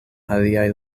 aliaj